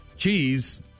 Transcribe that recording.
cheese